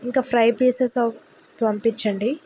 ఇంకా fry pieces పంపిచ్చండి